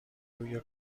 روی